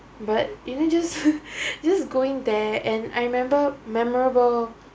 but and then just just going there and I remember memorable